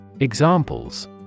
Examples